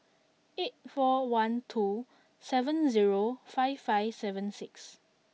eight four one two seven zero five five seven six